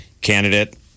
candidate